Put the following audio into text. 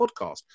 podcast